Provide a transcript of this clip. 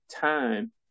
time